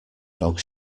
dogs